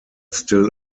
still